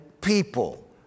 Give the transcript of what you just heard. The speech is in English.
people